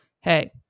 hey